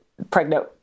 pregnant